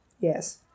Yes